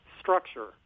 structure